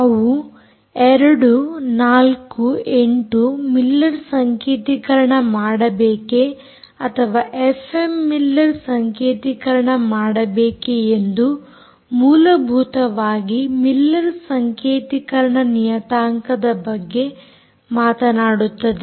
ಅವು 2 4 8 ಮಿಲ್ಲರ್ ಸಂಕೇತಿಕರಣ ಮಾಡಬೇಕೇ ಅಥವಾ ಎಫ್ಎಮ್ ಮಿಲ್ಲರ್ ಸಂಕೇತಿಕರಣ ಮಾಡಬೇಕೇ ಎಂದು ಮೂಲಭೂತವಾಗಿ ಮಿಲ್ಲರ್ ಸಂಕೇತಿಕರಣ ನಿಯತಾಂಕದ ಬಗ್ಗೆ ಮಾತನಾಡುತ್ತದೆ